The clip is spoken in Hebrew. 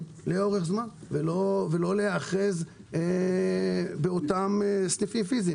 יותר לאורך זמן ולא להיאחז באותם סניפים פיזיים.